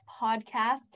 podcast